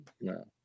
no